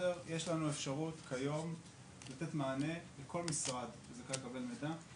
יש לנו כיום אפשרות לתת מענה לכל משרד שמעוניין לקבל מידע,